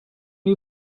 you